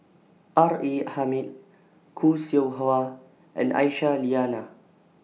R A Hamid Khoo Seow Hwa and Aisyah Lyana